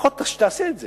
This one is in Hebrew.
לפחות שתעשה את זה: